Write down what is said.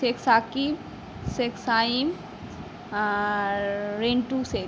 শেখ সাকিম শেখ সাইন আর রিন্টু শেখ